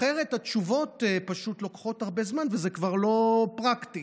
אחרת התשובות פשוט לוקחות הרבה זמן וזה כבר לא פרקטי,